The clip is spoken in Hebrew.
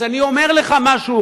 אז אני אומר לך משהו,